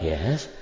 Yes